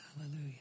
Hallelujah